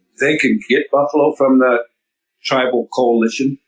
they can get buffalo from the tribal coalition.